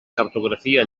cartografia